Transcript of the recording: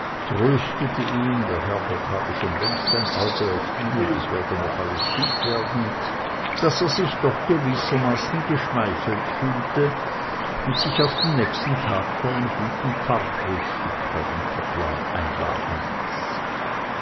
tröstete ihn der herrgott habe schon längst ein auge auf ihn und es werde noch alles gut werden daß er sich doch gewissermaßen geschmeichelt fühlte und sich auf den nächsten tag zu einem guten pfarrfrühstück bei dem kaplan einladen ließ